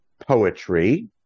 poetry